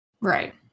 Right